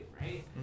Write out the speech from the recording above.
right